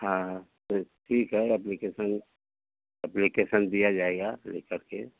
हाँ तो ठीक है अप्लीकेसन अप्लीकेसन दिया जाएगा लिखकर के